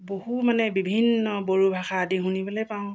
বহু মানে বিভিন্ন বড়ো ভাষা আদি শুনিবলৈ পাওঁ